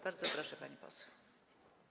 Bardzo proszę, pani poseł.